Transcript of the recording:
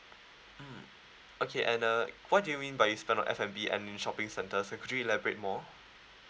mm okay and uh what do you mean by you spend on F&B and shopping centres so could you elaborate more